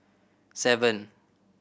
seven